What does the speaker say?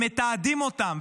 הם מתעדים אותם,